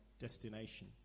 destination